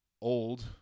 old